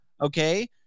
Okay